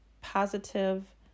positive